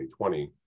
2020